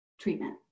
treatment